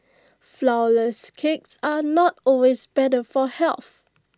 Flourless Cakes are not always better for health